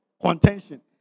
contention